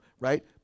right